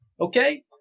Okay